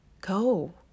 go